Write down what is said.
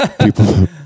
people